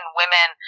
women